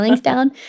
down